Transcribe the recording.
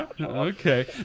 Okay